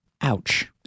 Ouch